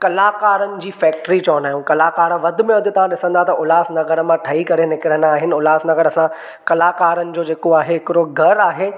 कलाकरनि जी फेक्ट्री चवंदा आहियूं कलाकार वधि में वधि तव्हां ॾिसंदा त उल्हास नगर मां ठही करे निकिरंदा आहिनि उल्हासनगर असां कलाकरनि जो जेको आहे हिकिड़ो गढ़ आहे